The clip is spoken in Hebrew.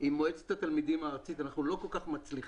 עם מועצת התלמידים הארצית אבל אנחנו לא כל כך מצליחים.